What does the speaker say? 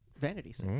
Vanities